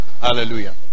hallelujah